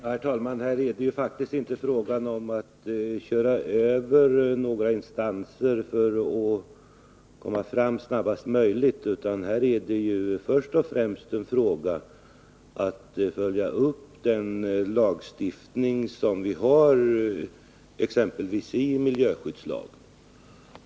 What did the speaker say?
Herr talman! Här är det faktiskt inte fråga om att köra över några instanser Tisdagen den för att komma fram snabbast möjligt, utan det är först och främst fråga om att — 17 februari 1981 följa upp den lagstiftning vi har, exempelvis i form av miljöskyddslagen.